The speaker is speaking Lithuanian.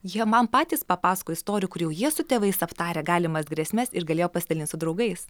jie man patys papasakojo istorijų kur jau jie su tėvais aptarę galimas grėsmes ir galėjo pasidalint su draugais